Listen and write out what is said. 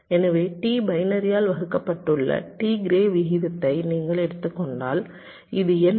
எனவே T பைனரியால் வகுக்கப்பட்டுள்ள T க்ரே விகிதத்தை நீங்கள் எடுத்துக் கொண்டால் இது n பெரிதாக 0